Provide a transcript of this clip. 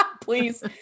Please